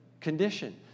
condition